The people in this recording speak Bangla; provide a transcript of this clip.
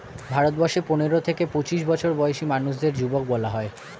ভারতবর্ষে পনেরো থেকে পঁচিশ বছর বয়সী মানুষদের যুবক বলা হয়